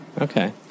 Okay